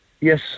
Yes